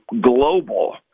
global